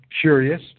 curious